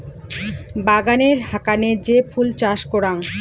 বাগানের হাকানে যে ফুল চাষ করাং